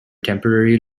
temporary